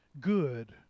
good